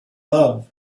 love